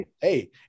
hey